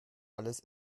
alles